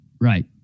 Right